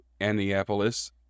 Annapolis